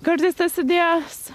kartais tas idėjas